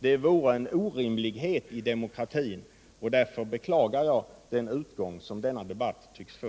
Det vore en orimlighet i demokratin, och därför beklagar jag den utgång som denna debatt tycks få.